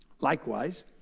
Likewise